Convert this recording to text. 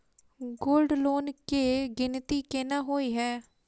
Gold loan केँ गिनती केना होइ हय?